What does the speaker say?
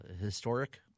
historic